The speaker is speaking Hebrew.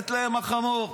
מת להם החמור.